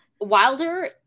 Wilder